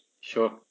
Sure